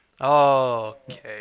Okay